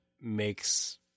makes